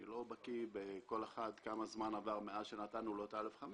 אני לא בקי בכל אחד כמה זמן עבר מאז שנתנו לו את ה-א'5,